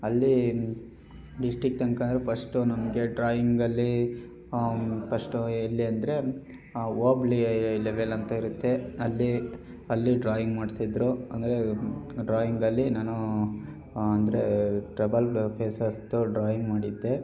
ಅಲ್ಲಿ ಡಿಸ್ಟಿಕ್ ತನಕ ಅಂದ್ರೆ ಫಸ್ಟು ನಮಗೆ ಡ್ರಾಯಿಂಗಲ್ಲಿ ಫಸ್ಟು ಎಲ್ಲಿ ಅಂದರೆ ಹೋಬ್ಳಿ ಲೆವೆಲ್ ಅಂತ ಇರುತ್ತೆ ಅಲ್ಲಿ ಅಲ್ಲಿ ಡ್ರಾಯಿಂಗ್ ಮಾಡಿಸಿದ್ರು ಅಂದರೆ ಡ್ರಾಯಿಂಗಲ್ಲಿ ನಾನೂ ಅಂದರೆ ಟ್ರಬಲ್ ಫೇಸಸ್ದು ಡ್ರಾಯಿಂಗ್ ಮಾಡಿದ್ದೆ